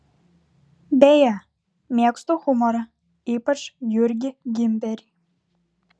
beje mėgstu humorą ypač jurgį gimberį